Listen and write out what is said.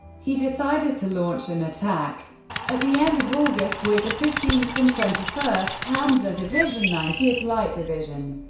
he decided to launch an attack at the end of august with the fifteenth and twenty first panzer division, ninetieth light division,